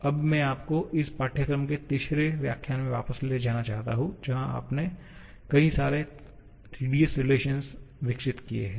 अब मैं आपको इस पाठ्यक्रम के तीसरे व्याख्यान में वापस ले जाना चाहता हूं जहां आपने कई सारे थकाऊ संबंध विकसित किए हैं